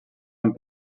amb